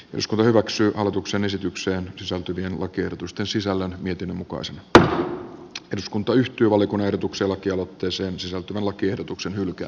moskova hyväksyy hallituksen esitykseen sisältyvien lakiehdotusten sisällä mietinnön mukaan se että jos kunta yhtyy valkon ehdotuksen lakialoitteeseen sisältyvän lakiehdotuksen hylkää